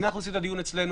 אנחנו עושים את הדיון אצלנו,